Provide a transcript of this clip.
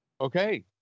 okay